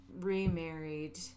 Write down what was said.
remarried